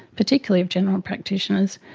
particularly of general practitioners,